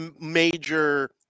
major